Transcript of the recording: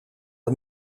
een